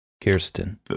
Kirsten